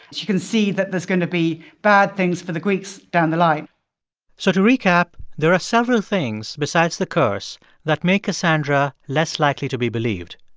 she can see that there's going to be bad things for the greeks down the line so to recap, there are several things besides the curse that make cassandra less likely to be believed.